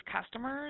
customers